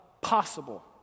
possible